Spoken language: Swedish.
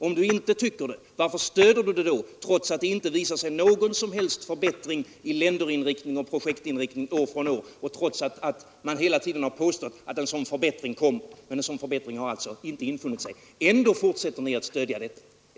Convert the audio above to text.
Om Ni inte tycker det, varför stöder Ni då detta, trots att det inte har visat sig någon som helst förbättring i länderinriktning och projektinriktning år från år och trots att man hela tiden har påstått att en sådan förbättring kommer utan att den har infunnit sig? Ändå fortsätter alltså ni socialdemokrater att stödja detta.